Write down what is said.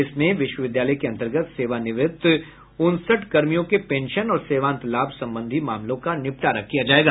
इसमें विश्वविद्यालय के अंतर्गत सेवानिवृत्त उनसठ कर्मियों के पेंशन और सेवांत लाभ संबंधी मामलों का निपटारा किया जायेगा